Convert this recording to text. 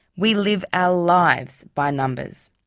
we live our lives by numbers.